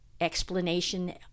explanation